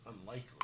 unlikely